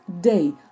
day